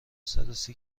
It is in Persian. صدوسی